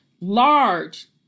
large